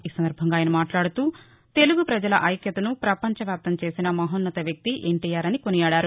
ఈ సందర్బంగా ఆయన మాట్లాడుతూ తెలుగు ప్రజల ఐక్యతను ప్రపంచ వ్యాప్తం చేసిన మహోన్నత వ్యక్తి ఎన్లీఆర్ అని కొనియాడారు